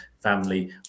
family